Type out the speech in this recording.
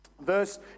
verse